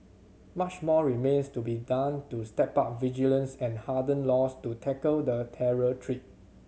much more remains to be done to step up vigilance and harden laws to tackle the terror threat